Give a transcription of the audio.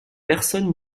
personne